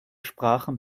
sprachen